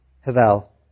Havel